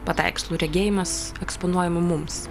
paveikslu regėjimas eksponuojamu mums